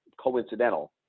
coincidental